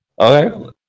Okay